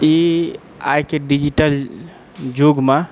ई आइके डिजिटल जुगमे